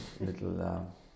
little